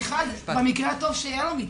מיכל, במקרה הטוב שתהיה לו מיטה.